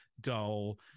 dull